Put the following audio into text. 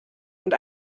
und